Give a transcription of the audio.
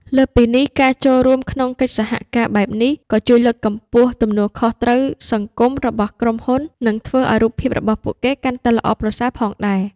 លើសពីនេះ ការចូលរួមក្នុងកិច្ចសហការបែបនេះ ក៏ជួយលើកកម្ពស់ទំនួលខុសត្រូវសង្គមរបស់ក្រុមហ៊ុន និងធ្វើឲ្យរូបភាពរបស់ពួកគេកាន់តែល្អប្រសើរផងដែរ។